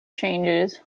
changes